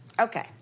Okay